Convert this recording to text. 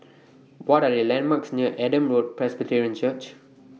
What Are The landmarks near Adam Road Presbyterian Church